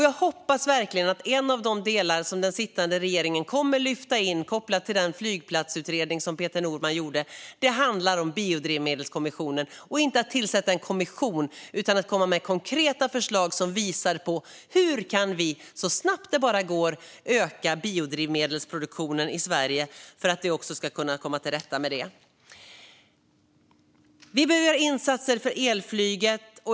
Jag hoppas verkligen att detta är en av de delar som den sittande regeringen kommer att lyfta in kopplat till den flygplatsutredning som Peter Norman gjorde. Det handlar om biodrivmedelskommissionen - och då inte om att bara tillsätta en kommission utan om att komma med konkreta förslag om hur vi så snabbt det bara går kan öka biodrivmedelsproduktionen i Sverige för att vi ska kunna komma till rätta med detta. Vi behöver också göra insatser för elflyget.